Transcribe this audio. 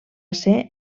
ser